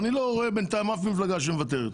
בינתיים אני לא רואה אף מפלגה שמוותרת.